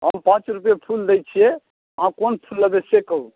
हम पाँच रुपैए फूल दै छियै अहाँ कोन फूल लेबै से कहू